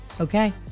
okay